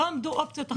לא עמדו אופציות אחרות.